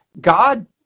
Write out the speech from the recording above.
God